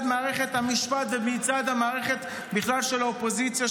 מערכת המשפט ומצד המערכת בכלל של האופוזיציה,